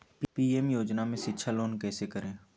PM योजना में शिक्षा लोन कैसे करें?